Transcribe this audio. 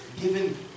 given